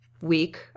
Week